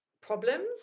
problems